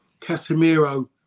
Casemiro